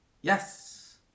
Yes